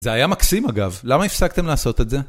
זה היה מקסים אגב, למה הפסקתם לעשות את זה?